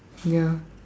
ya